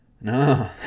No